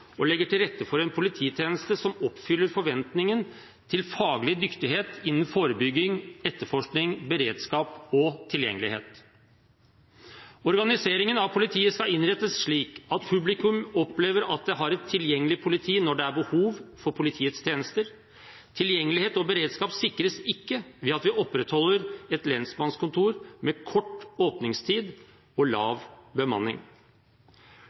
og legger til rette for en polititjeneste som oppfyller forventningen til faglig dyktighet innen forebygging, etterforskning, beredskap og tilgjengelighet. Organiseringen av politiet skal innrettes slik at publikum opplever at det har et tilgjengelig politi når det er behov for politiets tjenester. Tilgjengelighet og beredskap sikres ikke ved at vi opprettholder et lensmannskontor med kort åpningstid og lav bemanning,